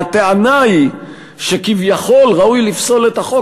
והטענה היא שכביכול ראוי לפסול את החוק